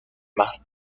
más